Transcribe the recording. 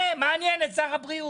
זה מעניין את שר הבריאות.